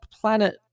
planet